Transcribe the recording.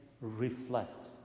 reflect